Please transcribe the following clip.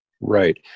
Right